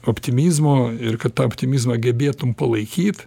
optimizmo ir kad tą optimizmą gebėtum palaikyt